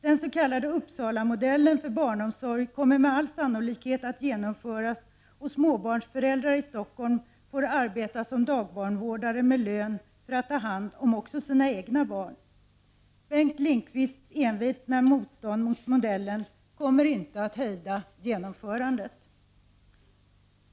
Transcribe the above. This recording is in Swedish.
Den s.k. Uppsalamodellen för barnomsorg kommer med all sannolikhet att genomföras, och småbarnsföräldrar i Stockholm får arbeta som dagbarnvårdare med lön och får också ta hand om sina egna barn. Bengt Lindqvists envetna motstånd mot modellen kommer inte att hindra genomförandet.